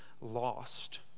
lost